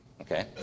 Okay